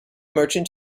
merchant